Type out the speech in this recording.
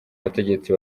bategetsi